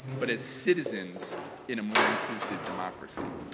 but as citizens in a more inclusive democracy.